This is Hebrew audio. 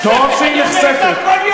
אני אומר אותה כל יום.